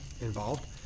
involved